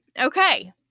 Okay